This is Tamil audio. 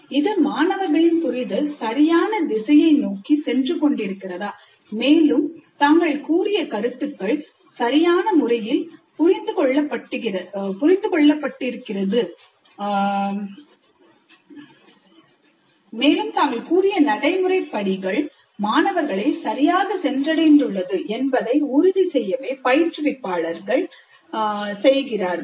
இது மாணவர்களின் புரிதல் சரியான திசையை நோக்கி சென்று கொண்டிருக்கிறதாமேலும் தாங்கள் கூறிய கருத்துக்கள் சரியான முறையில் புரிந்து கொள்ளப்பட்டிருக்கிறது மேலும் தாங்கள் கூறிய நடைமுறை படிகள் மாணவர்களை சரியாக சென்றடைந்துள்ளது என்பதை உறுதி செய்யவே பயிற்றுவிப்பாளர்கள் செய்கிறார்கள்